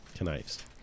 Knives